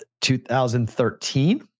2013